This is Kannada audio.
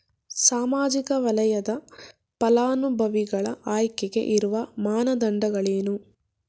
ಸಾಮಾಜಿಕ ವಲಯದ ಫಲಾನುಭವಿಗಳ ಆಯ್ಕೆಗೆ ಇರುವ ಮಾನದಂಡಗಳೇನು?